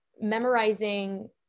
memorizing